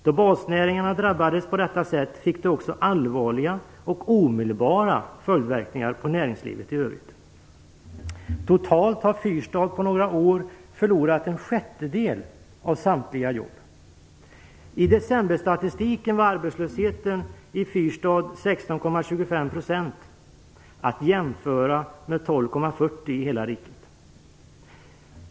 Då basnäringarna drabbades på detta sätt fick det också allvarliga och omedelbara följdverkningar för näringslivet i övrigt. Totalt har Fyrstad på några år förlorat en sjättedel av samtliga jobb. I decemberstatistiken var arbetslösheten i Fyrstad 16,25 %, att jämföra med 12,4 % i hela riket.